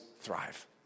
thrive